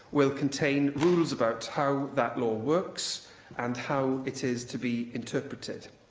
will contain rules about how that law works and how it is to be interpreted.